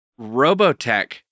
Robotech